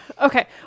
okay